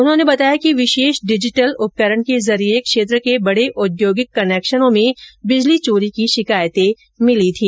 उन्होंने बताया कि विशेष डिजिटल उपकरण के जरिये क्षेत्र के बडे औद्योगिक कनेक्शनों में बिजली चोरी की शिकायत मिली थी